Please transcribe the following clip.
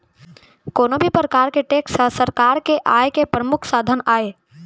कोनो भी परकार के टेक्स ह सरकार के आय के परमुख साधन आय